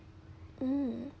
mm